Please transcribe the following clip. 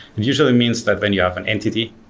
usually it means that when you have an entity